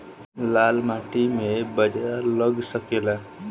लाल माटी मे बाजरा लग सकेला?